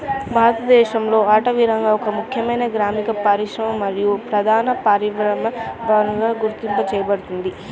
భారతదేశంలో అటవీరంగం ఒక ముఖ్యమైన గ్రామీణ పరిశ్రమ మరియు ప్రధాన పర్యావరణ వనరుగా గుర్తించబడింది